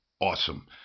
awesome